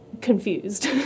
Confused